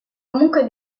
comunque